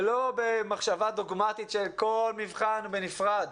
ולא מחשבה דוגמטית לפי כל מבחן עומד בנפרד.